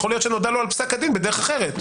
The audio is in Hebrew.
יכול להיות שנודע לו על פסק הדין בדרך אחרת.